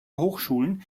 hochschulen